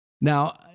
Now